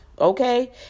Okay